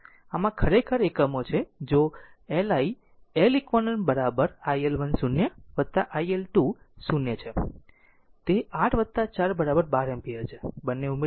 આમ આ ખરેખર એકમો છે જેl L i Leq iL10 iL20 છે તે 8 4 12 એમ્પીયર છે બંને ઉમેરી રહ્યા છીએ